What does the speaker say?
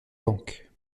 banques